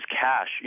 cash